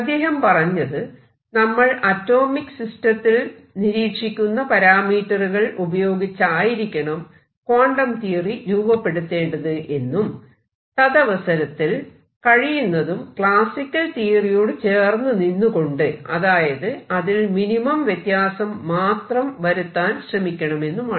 അദ്ദേഹം പറഞ്ഞത് നമ്മൾ അറ്റോമിക സിസ്റ്റത്തിൽ നിരീക്ഷിക്കുന്ന പരാമീറ്ററുകൾ ഉപയോഗിച്ചായിരിക്കണം ക്വാണ്ടം തിയറി രൂപപ്പെടുത്തേണ്ടത് എന്നും തദവസരത്തിൽ കഴിയുന്നതും ക്ലാസിക്കൽ തിയറിയോട് ചേർന്ന് നിന്നുകൊണ്ട് അതായത് അതിൽ മിനിമം വ്യത്യാസം മാത്രം വരുത്താൻ ശ്രമിക്കണമെന്നുമാണ്